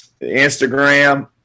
Instagram